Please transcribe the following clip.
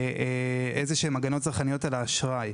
איזה שהן הגנות צרכניות על האשראי.